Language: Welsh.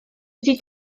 dydi